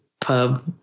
pub